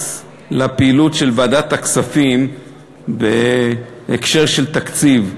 לפעילות של ועדת הכספים בהקשר של תקציב.